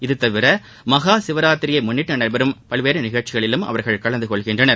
இதுதவிர மஹா சிவராத்திரியை முன்னிட்டு நடைபெறும் பல்வேறு நிகழ்ச்சிகளிலும் அவர்கள் கலந்து கொள்கிறார்கள்